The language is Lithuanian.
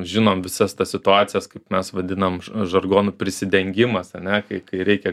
žinom visas tas situacijas kaip mes vadinam žargonu prisidengimas ane kai kai reikia